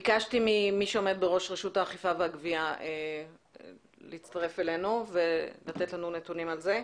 ביקשתי מראש רשות האכיפה והגביה להצטרף אלינו ולתת לנו נתונים לגבי זה.